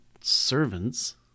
servants